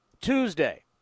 Tuesday